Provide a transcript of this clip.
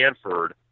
Stanford